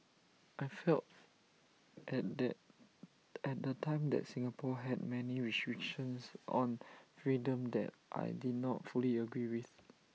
I felt at the at the time that Singapore had many restrictions on freedom that I did not fully agree with